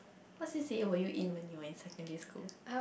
what c_c_a were you in when you were in secondary school